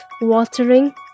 watering